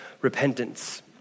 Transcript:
repentance